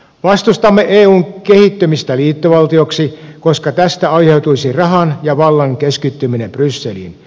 vastustamme eun kehittymistä liittovaltioksi koska tästä aiheutuisi rahan ja vallan keskittyminen brysseliin